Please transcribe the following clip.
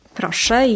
proszę